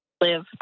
live